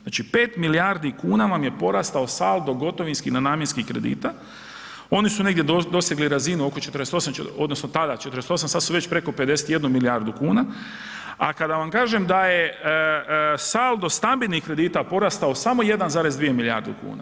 Znači 5 milijardi kuna vam je porastao saldo gotovinski nenamjenskih kredita oni su negdje dosegli razinu oko 48 odnosno tada 48 sad su već preko 51 milijardu kuna, a kada vam kažem da je saldo stambenih kredita porastao samo 1,2 milijarde kuna.